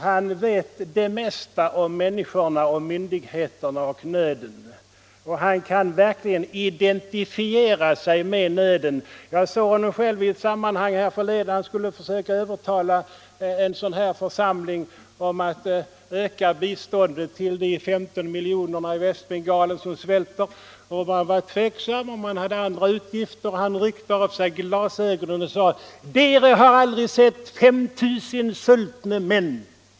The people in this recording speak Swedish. Hodne vet det mesta om människorna, myndigheterna och nöden, och kan verkligen identifiera sig med de nödställda. Jag såg honom härförleden i ett sammanhang då han försökte övertala en sådan här församling att öka biståndet till de 15 miljoner som svälter i Västbengalen. Församlingen var tveksam; man hade andra utgifter. Han ryckte då av sig glasögonen och sade: Dere har aldri sett 5 000 sultne menn!